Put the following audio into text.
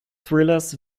thrillers